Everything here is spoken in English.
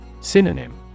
Synonym